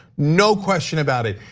no question about it.